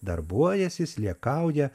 darbuojasi sliekauja